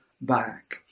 back